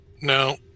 No